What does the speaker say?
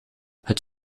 het